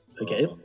Okay